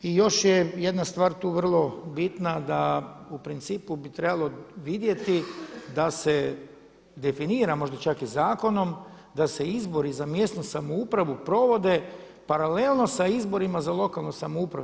I još je jedna stvar tu vrlo bitna, da u principu bi trebalo vidjeti da se definira možda čak i zakonom, da se izbori za mjesnu samoupravu provode paralelno sa izborima za lokalnu samoupravu.